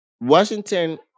Washington